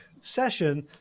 session